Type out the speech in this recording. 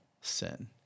sin